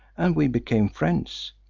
and we became friends.